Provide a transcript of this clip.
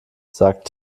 sagt